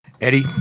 Eddie